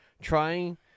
trying